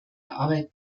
arbeit